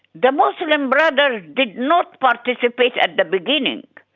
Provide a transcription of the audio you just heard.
the muslim brothers did not participate at the beginning.